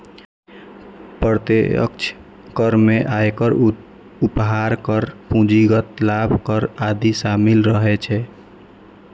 प्रत्यक्ष कर मे आयकर, उपहार कर, पूंजीगत लाभ कर आदि शामिल रहै छै